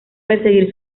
perseguir